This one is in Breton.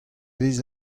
vez